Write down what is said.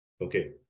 Okay